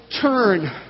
turn